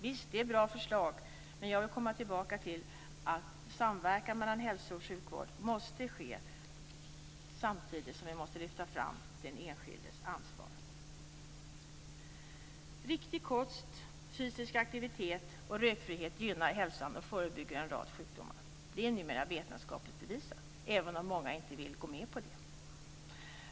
Visst, det är bra förslag. Men jag vill komma tillbaka till att samverkan mellan hälso och sjukvård måste ske samtidigt som vi måste lyfta fram den enskildes ansvar. Riktig kost, fysisk aktivitet och rökfrihet gynnar hälsan och förebygger en rad sjukdomar. Det är numera vetenskapligt bevisat även om många inte vill gå med på det.